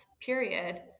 period